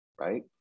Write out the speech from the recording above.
right